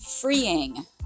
freeing